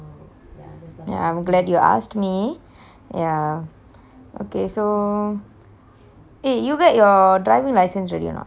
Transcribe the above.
ya I'm glad you asked me ya okay so eh you get your driving license already or not